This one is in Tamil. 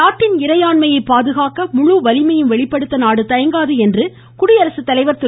நாட்டின் இறையான்மையை பாதுகாக்க முழு வலிமையையும் வெளிப்படுத்த நாடு தயங்காது என்று குடியரசுத்தலைவர் திரு